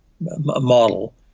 model